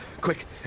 quick